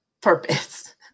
purpose